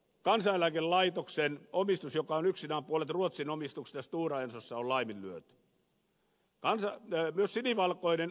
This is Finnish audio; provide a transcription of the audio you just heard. kansaneläkelaitoksen omistus joka on yksinään puolet ruotsin omistuksesta stora ensossa on laiminlyöty